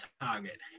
target